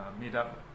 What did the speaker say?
meet-up